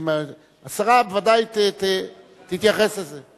השרה בוודאי תתייחס לזה.